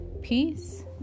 Peace